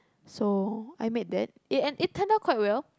so I made that and it turn out quite well